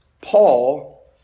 Paul